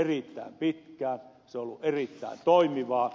se on ollut erittäin toimivaa